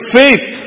faith